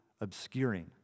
obscuring